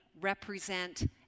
represent